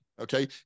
Okay